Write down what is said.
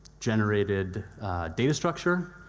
generated data structure.